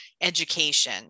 education